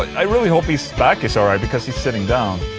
i really hope he's back is all right, because he's sitting down